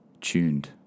tuned